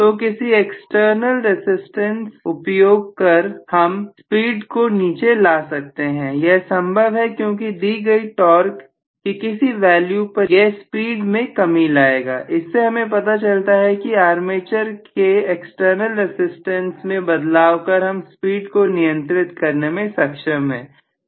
तो किसी external resistance उपयोग कर हम स्पीड को नीचे ला सकते हैं यह संभव है क्योंकि दी गई टॉर्क की किसी वैल्यू पर यह स्पीड में कमी लाएगा इससे हमें पता चलता है कि आर्मेचर के एक्सटर्नल रसिस्टेंस में बदलाव कर हम स्पीड को नियंत्रित करने में सक्षम है